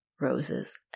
roses